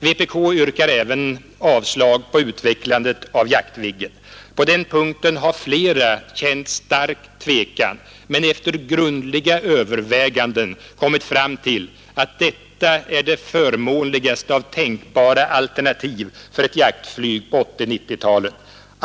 Vpk yrkar även avslag på utvecklandet av Jaktviggen. På den punkten har flera känt stark tvekan men efter grundliga överväganden kommit fram till att detta är det förmånligaste av tänkbara alternativ för ett jaktflyg på 1980 och 1990-talen.